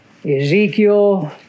Ezekiel